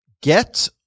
get